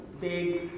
big